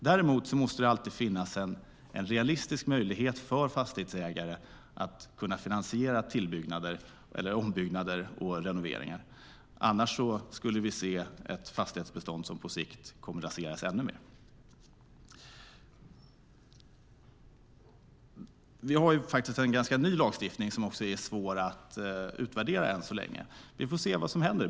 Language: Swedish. Däremot måste det alltid finnas en realistisk möjlighet för fastighetsägare att finansiera tillbyggnader, ombyggnader och renoveringar. Annars skulle vi se ett fastighetsbestånd som på sikt kommer att raseras ännu mer. Vi har en ganska ny lagstiftning som är svår att utvärdera än så länge. Vi får se vad som händer.